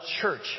church